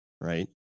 right